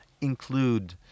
include